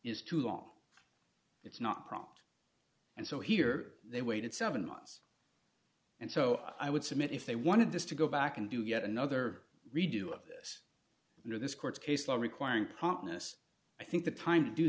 is too long it's not prompt and so here they waited seven months and so i would submit if they wanted this to go back and do yet another redo of this or this court case law requiring promptness i think the time to do